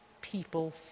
people